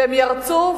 והם ירצו,